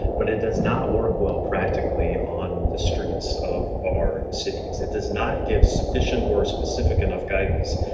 but it does not work well practically on the streets of our cities. it does not give sufficient or specific enough guidance,